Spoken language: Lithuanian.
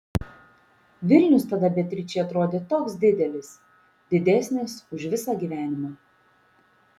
vilnius tada beatričei atrodė toks didelis didesnis už visą gyvenimą